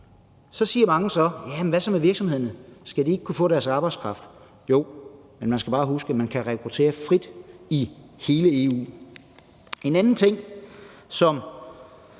Så siger mange: Hvad så med virksomhederne? Skal de ikke kunne få deres arbejdskraft? Jo, men man skal bare huske, at man kan rekruttere frit i hele EU. En anden ting, som